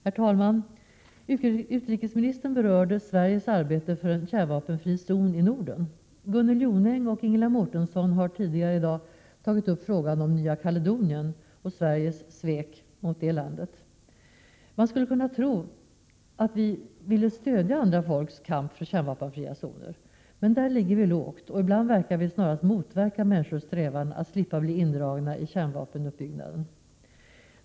Utrikesministern berörde Sveriges arbete för en kärnvapenfri zon i Norden. Man skulle kunna tro att vi också vill stödja andra folks kamp för kärnvapenfria zoner, men där ligger vi lågt. Ibland verkar vi snarast motverka människors strävan att slippa bli indragna i kärnvapenuppbyggna "den. Gunnel Jonäng och Ingela Mårtensson har tidigare i dag tagit upp frågan om Nya Kaledonien och Sveriges svek mot det landet.